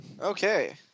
Okay